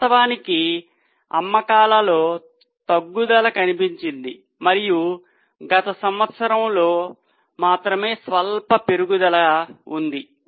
వాస్తవానికి అమ్మకాలలో తగ్గుదల కనిపించింది మరియు గత సంవత్సరంలో మాత్రమే స్వల్ప పెరుగుదల ఉంది